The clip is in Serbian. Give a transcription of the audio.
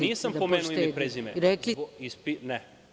Nisam spomenuo ime i prezime, ne.